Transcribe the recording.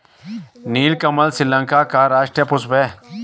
नीलकमल श्रीलंका का राष्ट्रीय पुष्प है